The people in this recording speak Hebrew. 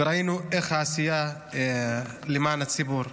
ראינו את העשייה למען הציבור.